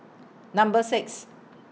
Number six